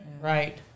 Right